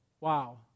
Wow